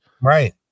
Right